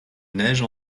neige